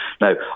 Now